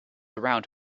around